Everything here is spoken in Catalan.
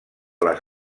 les